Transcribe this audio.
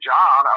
John